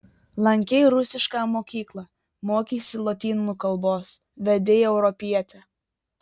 lankei rusišką mokyklą mokeisi lotynų kalbos vedei europietę